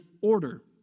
order